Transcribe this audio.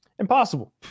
Impossible